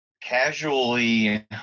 casually